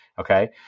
Okay